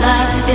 Life